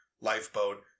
lifeboat